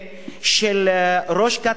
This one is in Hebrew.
של ראש כת הסיקריקים,